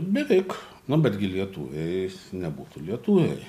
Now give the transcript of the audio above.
beveik nu bet gi lietuviai nebūtų lietuviai